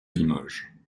limoges